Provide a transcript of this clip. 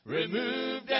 removed